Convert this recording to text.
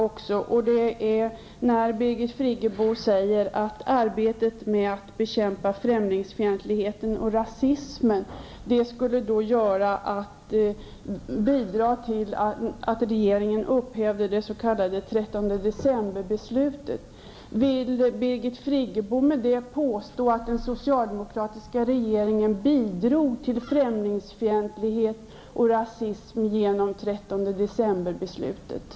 Birgit Friggebo säger att en del i arbetet med att bekämpa främlingsfientligheten och rasismen skulle vara att regeringen upphäver det s.k. 13-decemberbeslutet. Vill Birgit Friggebo med det påstå att den socialdemokratiska regeringen bidrog till främlingsfientlighet och rasism genom 13